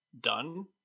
done